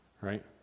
Right